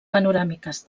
panoràmiques